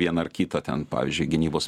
vieną ar kitą ten pavyzdžiui gynybos